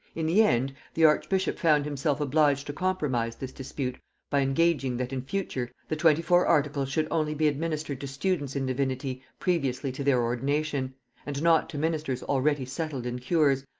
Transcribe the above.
in the end, the archbishop found himself obliged to compromise this dispute by engaging that in future the twenty-four articles should only be administered to students in divinity previously to their ordination and not to ministers already settled in cures,